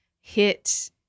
hit